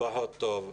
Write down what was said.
פחות טוב.